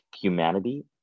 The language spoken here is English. humanity